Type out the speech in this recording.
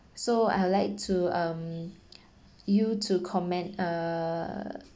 so I'll like to um you to commend err